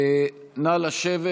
נא לשבת.